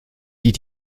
die